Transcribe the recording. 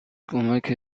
کمک